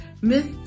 Miss